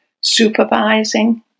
supervising